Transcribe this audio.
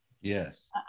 Yes